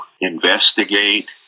investigate